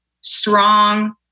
strong